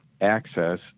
access